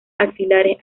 axilares